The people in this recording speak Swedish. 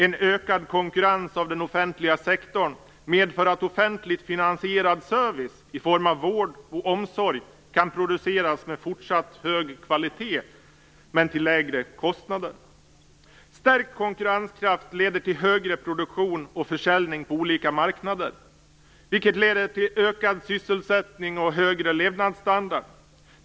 En ökad konkurrens av den offentliga sektorn medför att offentligt finansierad service i form av t.ex. vård och omsorg kan produceras med fortsatt hög kvalitet men till lägre kostnader. Stärkt konkurrenskraft leder till högre produktion och försäljning på olika marknader, vilket ger ökad sysselsättning och högre levnadsstandard.